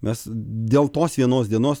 mes dėl tos vienos dienos